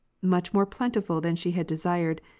much more plentiful than she had desired,